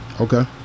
Okay